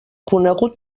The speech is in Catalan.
conegut